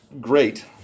great